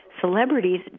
celebrities